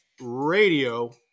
Radio